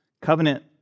covenant